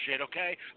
okay